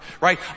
right